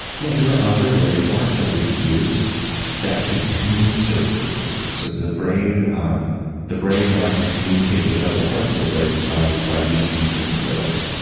yeah, there are other wave forms that we could use that could tune certain frequencies. so the brain um the brain likes to communicate with other parts of the brain by by using this different rhythms.